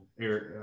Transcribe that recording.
Eric